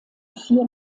vier